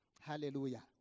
Hallelujah